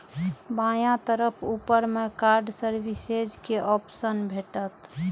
बायां तरफ ऊपर मे कार्ड सर्विसेज के ऑप्शन भेटत